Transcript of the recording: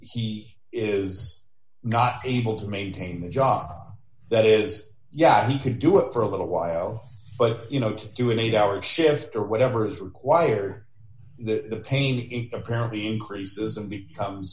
he is not able to maintain the job that is yet he could do it for a little while but you know to do an eight hour shift or whatever is required the pain apparently increases and